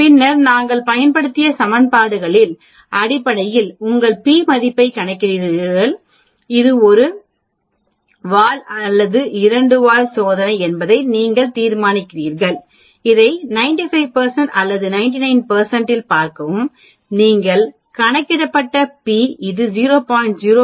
பின்னர் நாங்கள் பயன்படுத்திய சமன்பாடுகளின் அடிப்படையில் உங்கள் p மதிப்பைக் கணக்கிடுங்கள் இது ஒரு வால் அல்லது இரண்டு வால் சோதனை என்பதை நீங்கள் தீர்மானிக்கிறீர்கள் அதை 95 அல்லது 99 இல் பார்க்க நீங்கள் கணக்கிடப்பட்ட p இது 0